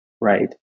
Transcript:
right